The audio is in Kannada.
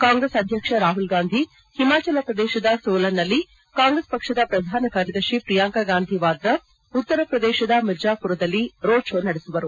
ಕಾಂಗ್ರೆಸ್ ಅಧ್ವಕ್ಷ ರಾಹುಲ್ ಗಾಂಧಿ ಹಿಮಾಚಲಪ್ರದೇಶದ ಸೋಲನ್ನಲ್ಲಿ ಕಾಂಗ್ರೆಸ್ ಪಕ್ಷದ ಪ್ರಧಾನ ಕಾರ್ದರ್ಶಿ ಪ್ರಿಯಾಂಕ ಗಾಂಧಿ ವಾದ್ರಾ ಉತ್ತರ ಪ್ರದೇಶದ ಮಿರ್ಜಾಮರದಲ್ಲಿ ರೋಡ್ ಶೋ ನಡೆಸುವರು